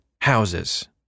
houses